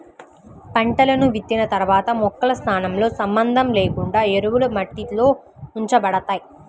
పంటలను విత్తిన తర్వాత మొక్కల స్థానంతో సంబంధం లేకుండా ఎరువులు మట్టిలో ఉంచబడతాయి